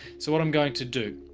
so what i'm going to do